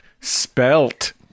spelt